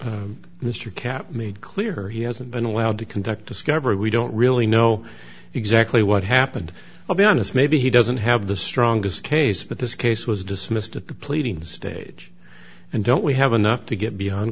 can't made clear he hasn't been allowed to conduct discovery we don't really know exactly what happened i'll be honest maybe he doesn't have the strongest case but this case was dismissed at the pleading stage and don't we have enough to get beyond